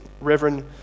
Reverend